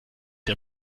der